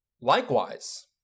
Likewise